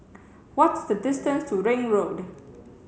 what is the distance to Ring Road